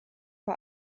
vor